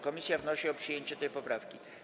Komisja wnosi o przyjęcie tej poprawki.